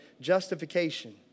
justification